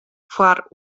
foar